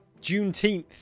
Juneteenth